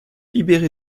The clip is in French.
libéré